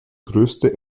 größte